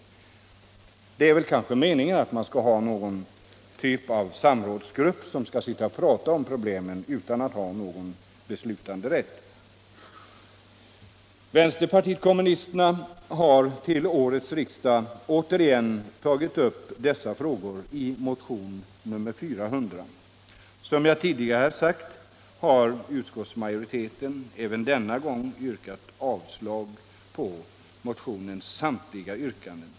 Meningen är kanske att man skall ha någon typ av samrådsgrupp, som utan beslutanderätt skall prata om problemen. Vänsterpartiet kommunisterna har åter tagit upp dessa frågor i motionen 1975:400. Som jag tidigare sagt har utskottsmajoriteten även denna gång yrkat avslag på motionens samtliga yrkanden.